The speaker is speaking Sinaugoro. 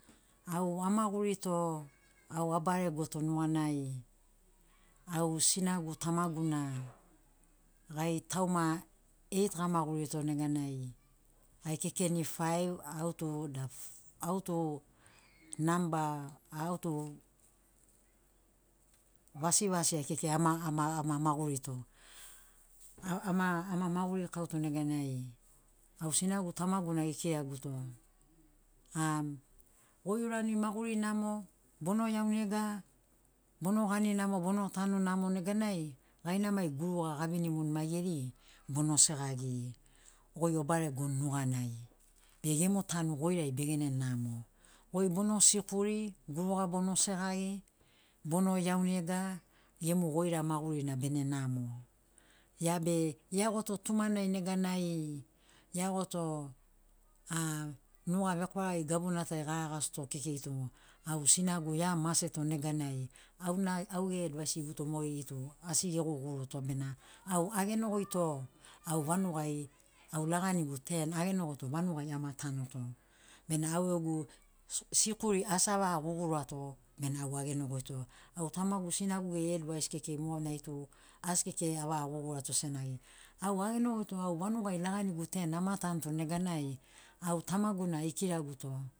Au amagurito au abaregoto nuganai au sinagu tamagu na gai tauma eight gamagurito neganai gai kekeni five au tu da, au tu namba, au tu vasivasi ai kekei ama magurito. Ama maguri kauto neganai au sinagu tamagu na gekiraguto, um goi ourani maguri namo, bono iaunega, bono gani namo, bono tanu namo neganai gaina mai guruga gavinimuni maigeri bono segagiri, goi obaregoni nuganai be gemu tanu goirai begene namo. Goi bono sikuri, guruga bono segagi, bono iaunega, gemu goira magurina bene namo. Ia be, iagoto tumanai neganai iagoto a nuga vekwaragi gabunatai garagasito kekei tu au sinagu ia maseto neganai, au ge advaisiguto mogeri tu asi geguguruto. Bena au agenogoito, au vanugai au laganigu ten ]10], agenogoito vanugai ama tanuto. Bena au gegu sikuri asi avaga guguruato bena au agenogoito au tamagu sinagu geri advais kekei monaitu asi kekei avaga guguruato senagi au agenogoito au vanugai laganigu ten [10] ama tanuto nuganai au tamagu na ekiraguto